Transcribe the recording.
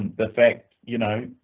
the fact you know